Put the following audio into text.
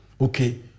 Okay